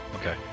Okay